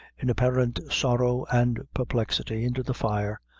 in apparent sorrow and perplexity, into the fire,